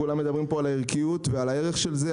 כולם מדברים פה על הערכיות ועל הערך של זה,